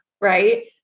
right